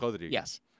Yes